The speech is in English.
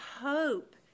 hope